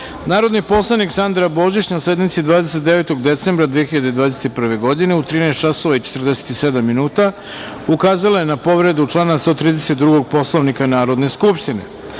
poslanik Sandra Božić, na sednici 29. decembra 2021. godine, u 13 časova i 47 minuta, ukazala je na povredu člana 132. Poslovnika Narodne skupštine. Molim